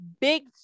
big